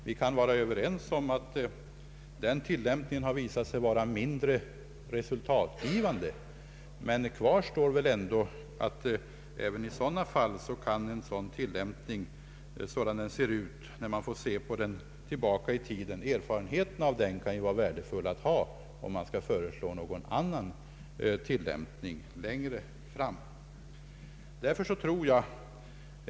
Vi kan vara överens om att tillämpningen har visat sig vara mindre resultatgivande, men kvar står ändå att erfarenheterna av en sådan tillämpning kan vara värdefulla att ha i framtiden, om man skall föreslå någon annan tillämpning längre fram.